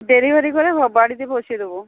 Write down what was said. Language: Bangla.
ডেলিভারি করে বাড়িতে পৌঁছে দেবো